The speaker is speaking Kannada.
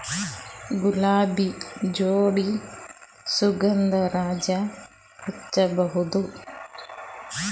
ಗುಲಾಬಿ ಜೋಡಿ ಸುಗಂಧರಾಜ ಹಚ್ಬಬಹುದ?